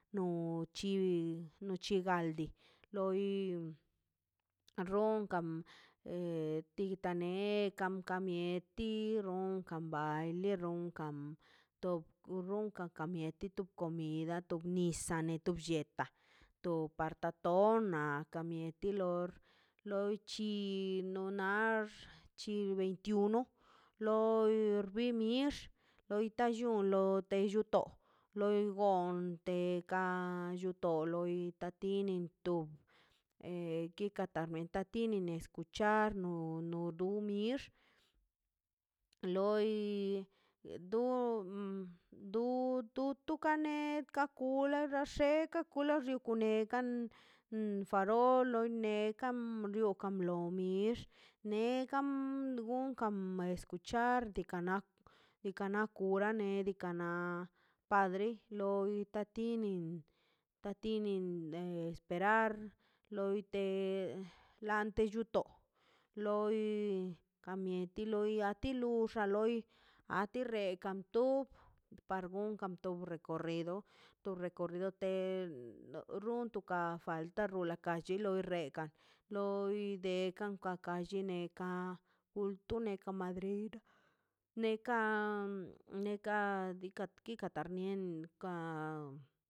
Uchi uchi galdi loi ronkan titanekan ka mieti ronkan baili ronkan tob runkan ka mieti to comida to nisa ne to blleta to torta togma ka mieti lor toichi no nar chib veintiuno loir bi mix loi ta llon loi lluto loi gonto de deka llu to loi tinin to e kita tina me tini meta escuchar umix loi do do do kane lakula xax xe ka kula konekan farol no ine nekan brioka lo mix nekan gunkan escuchar bikana bikana kura na bikanan na padre loi tatinin tatinin esperar loite laite llunto loi ka mieti a ti luxa loi a ti rekan tu par gokan to recorrido to recorrido te runtuka falta rula kaile chula rekan loi ka dekan lolline ka kultu ne ka madre neka neka diikaꞌ rnie dika rnien ka